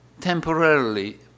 temporarily